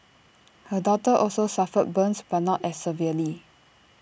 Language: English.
her daughter also suffered burns but not as severely